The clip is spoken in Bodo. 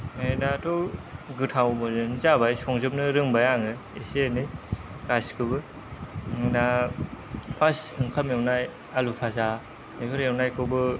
ओमफ्राय दाथ' गोथाव मोनोआनो जाबाय संजोबनो रोंबाय आङो एसे एनै गासिखौबो दा फार्स्ट ओंखाम एवनाय आलु फाजा बेफोर एवनायखौबो